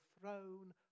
throne